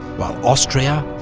while austria,